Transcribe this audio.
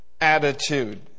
attitude